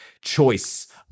choice